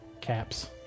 caps